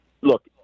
Look